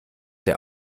der